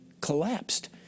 collapsed